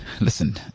listen